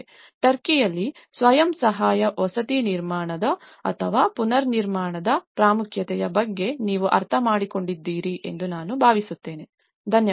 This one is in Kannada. ಟರ್ಕಿಯಲ್ಲಿ ಸ್ವಯಂ ಸಹಾಯ ವಸತಿ ಪುನರ್ನಿರ್ಮಾಣದ ಪ್ರಾಮುಖ್ಯತೆಯ ಬಗ್ಗೆ ನೀವು ಅರ್ಥಮಾಡಿಕೊಂಡಿದ್ದೀರಿ ಎಂದು ನಾನು ಭಾವಿಸುತ್ತೇನೆ ಧನ್ಯವಾದಗಳು